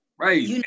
Right